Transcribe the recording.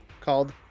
called